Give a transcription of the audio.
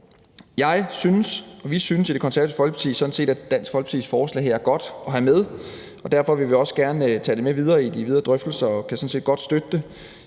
Jeg synes og vi i Konservative Folkeparti synes sådan set, at Dansk Folkepartis forslag er godt at have med, og derfor vil vi også gerne tage det med i de videre drøftelser og kan sådan set godt støtte det.